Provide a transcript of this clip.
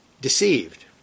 Deceived